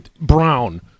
Brown